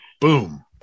boom